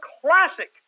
classic